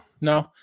No